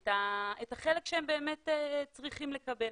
את החלק שהם באמת צריכים לקבל.